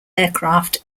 aircraft